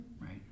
right